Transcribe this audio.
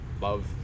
love